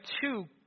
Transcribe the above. two